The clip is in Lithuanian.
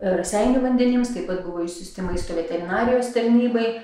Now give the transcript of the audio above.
raseinių vandenims taip pat buvo išsiųsti maisto veterinarijos tarnybai